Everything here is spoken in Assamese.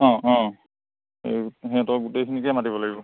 অঁ অঁ এই সিহঁতক গোটেইখিনিকে মাতিব লাগিব